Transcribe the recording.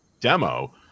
demo